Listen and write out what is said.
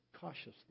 cautiously